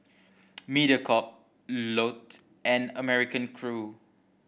Mediacorp Lotte and American Crew